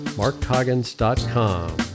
MarkCoggins.com